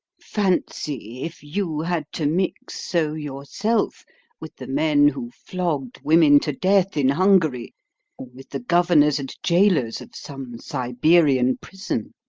fancy if you had to mix so yourself with the men who flogged women to death in hungary with the governors and jailors of some siberian prison!